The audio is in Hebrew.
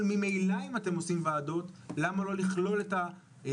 אבל ממילא אם אתם עושים ועדות למה לא לכלול את הסעיף